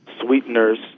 Sweeteners